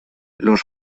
los